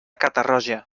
catarroja